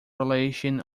relation